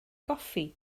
goffi